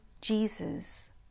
Jesus